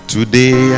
Today